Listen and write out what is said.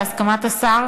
בהסכמת השר,